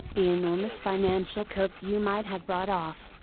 the enormous financial coup you might have brought off,